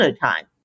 time